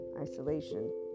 isolation